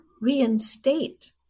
reinstate